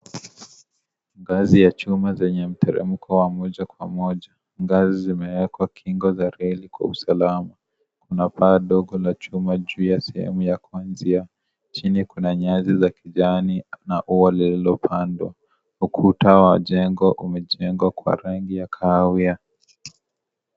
Ngazi ya chuma zenye mteramko wa moja kwa moja. Ngazi zimewekwa kingo za reli kwa usalama. Kuna paa ndogo la chuma juu ya sehemu ya kwanzia. Chini kuna nyasi za kijani na ua lilopandwa. Ukuta wa jengo umejengwa kwa rangi ya kahawia.